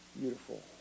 beautiful